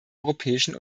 europäischen